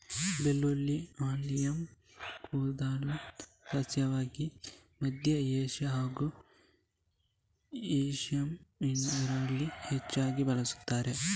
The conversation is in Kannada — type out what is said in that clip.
ಬೆಳ್ಳುಳ್ಳಿ ಆಲಿಯಮ್ ಕುಲದ ಸಸ್ಯವಾಗಿದ್ದು ಮಧ್ಯ ಏಷ್ಯಾ ಹಾಗೂ ಈಶಾನ್ಯ ಇರಾನಲ್ಲಿ ಹೆಚ್ಚಾಗಿ ಬಳಸುತ್ತಾರೆ